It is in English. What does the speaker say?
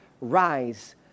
rise